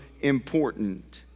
important